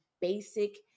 basic